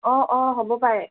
অঁ অঁ হ'ব পাৰে